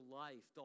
life